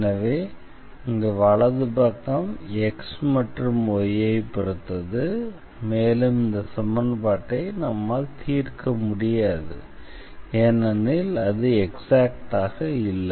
எனவே இங்கே வலது பக்கம் x மற்றும் y ஐப் பொறுத்தது மேலும் இந்த சமன்பாட்டை நம்மால் தீர்க்க முடியாது ஏனெனில் அது எக்ஸாக்ட்டாக இல்லை